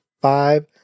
five